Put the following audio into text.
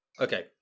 Okay